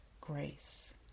grace